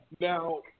Now